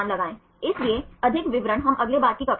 student side chain